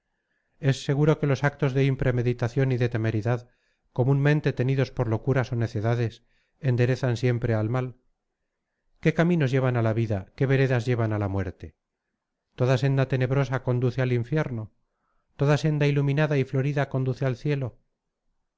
es seguro que los actos de impremeditación y de temeridad comúnmente tenidos por locuras o necedades enderezan siempre al mal qué caminos llevan a la vida qué veredas llevan a la muerte toda senda tenebrosa conduce al infierno toda senda iluminada y florida conduce al cielo